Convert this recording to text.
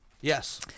Yes